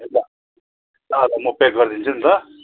ल ल म प्याक गरिदिन्छु नि ल